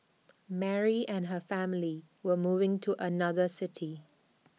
Mary and her family were moving to another city